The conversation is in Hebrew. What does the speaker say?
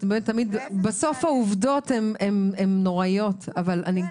בסוף העובדות הן נוראיות --- כן,